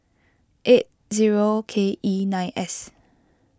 eight zero K E nine S